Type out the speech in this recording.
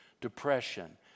depression